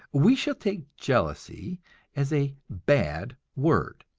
we shall take jealousy as a bad word,